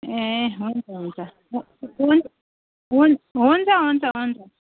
ए हुन्छ हुन्छ हुन् हुन् हुन्छ हुन्छ हुन्छ